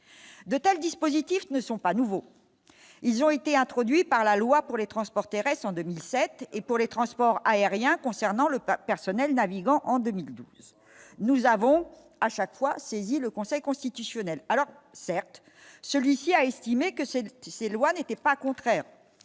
de tels dispositifs ne sont pas nouveaux, ils ont été introduits par la loi pour les transports terrestres en 2007 et pour les transports aériens concernant le pape personnel navigants en 2012, nous avons à chaque fois saisi le Conseil constitutionnel, alors certes, celui-ci a estimé que cette tisser loi n'était pas contraire